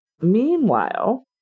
Meanwhile